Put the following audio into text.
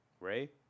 Ray